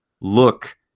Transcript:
look